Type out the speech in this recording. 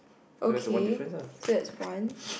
okay so that's one